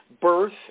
birth